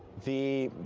the,